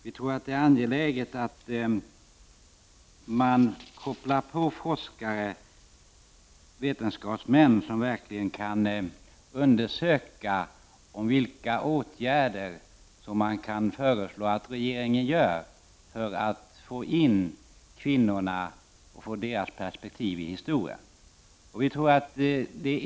Det är angeläget att man kopplar in forskare/vetenskapsmän som verkligen kan undersöka vilka åtgärder man kan föreslå att regeringen skall vidta för att få in kvinnor och få deras perspektiv i historien.